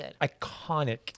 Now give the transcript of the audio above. iconic